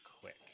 quick